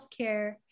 healthcare